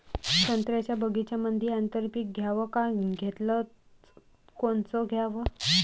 संत्र्याच्या बगीच्यामंदी आंतर पीक घ्याव का घेतलं च कोनचं घ्याव?